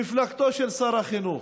מפלגתו של שר החינוך.